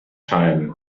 time